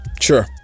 Sure